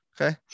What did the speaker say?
okay